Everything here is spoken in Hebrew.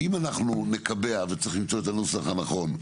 אם אנחנו נקבע, וצריך למצוא את הנוסח הנכון,